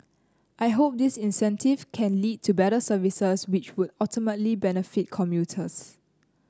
I hope this incentive can lead to better services which would ultimately benefit commuters